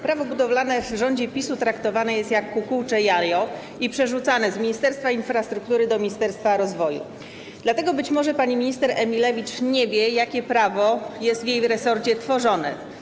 Prawo budowlane w rządzie PiS traktowane jest jak kukułcze jajo i przerzucane z Ministerstwa Infrastruktury do Ministerstwa Rozwoju, dlatego być może pani minister Emilewicz nie wie, jakie prawo jest w jej resorcie tworzone.